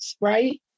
right